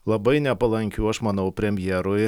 labai nepalankių aš manau premjerui